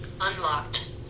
unlocked